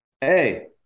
Hey